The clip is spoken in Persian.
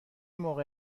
موقع